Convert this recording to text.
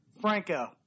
Franco